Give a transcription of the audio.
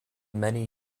many